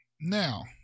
Now